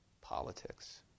politics